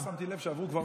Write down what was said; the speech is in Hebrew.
לא שמתי לב שעברו כבר,